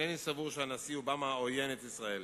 אינני סבור שהנשיא אובמה עוין את ישראל,